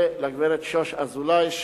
ולגברת שוש אזולאי,